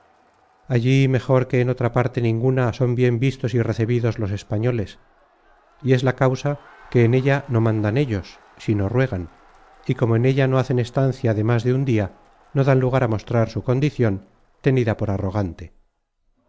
allí mejor que en otra parte ninguna son bien vistos y recebidos los españoles y es la causa que en ella no mandan ellos sino ruegan y como en ella no hacen estancia de más de un dia no dan lugar á mostrar su condicion tenida por arrogante